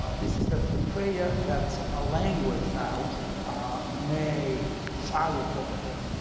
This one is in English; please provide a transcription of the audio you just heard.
ah this is the the prayer that somehow, language now may triumph over him,